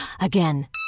again